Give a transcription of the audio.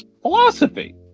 philosophy